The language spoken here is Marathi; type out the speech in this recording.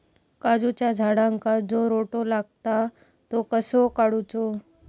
काजूच्या झाडांका जो रोटो लागता तो कसो काडुचो?